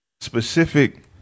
specific